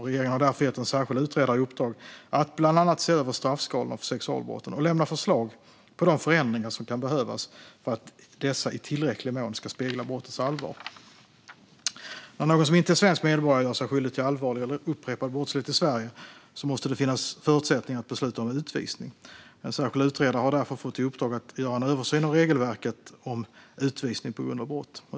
Regeringen har därför gett en särskild utredare i uppdrag att bland annat se över straffskalorna för sexualbrotten och lämna förslag på de förändringar som kan behövas för att dessa i tillräcklig mån ska spegla brottens allvar. När någon som inte är svensk medborgare gör sig skyldig till allvarlig eller upprepad brottslighet i Sverige måste det finnas förutsättningar att besluta om utvisning. En särskild utredare har därför fått i uppdrag att göra en översyn av regelverket om utvisning på grund av brott.